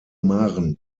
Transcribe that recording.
marne